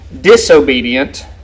disobedient